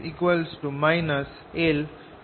সুতরাং emf LddtI